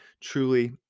truly